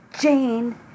Jane